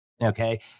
okay